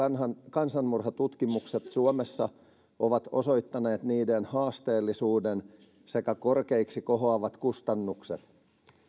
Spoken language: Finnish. kansanmurhatutkimukset suomessa ovat osoittaneet niiden haasteellisuuden sekä korkeiksi kohoavat kustannukset